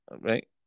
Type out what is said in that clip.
Right